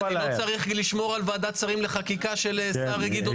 אני לא צריך לשמור על ועדת שרים לחקיקה של השר גדעון